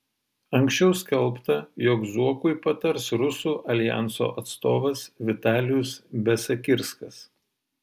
anksčiau skelbta jog zuokui patars rusų aljanso atstovas vitalijus besakirskas